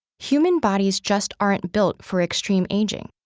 human bodies just aren't built for extreme aging.